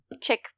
check